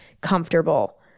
comfortable